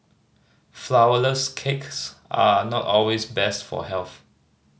flourless cakes are not always best for health